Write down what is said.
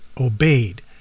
obeyed